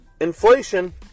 inflation